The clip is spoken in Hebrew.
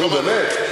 נו, באמת.